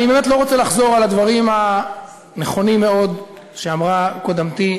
אני באמת לא רוצה לחזור על הדברים הנכונים מאוד שאמרה קודמתי.